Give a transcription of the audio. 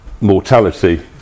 mortality